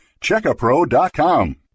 Checkapro.com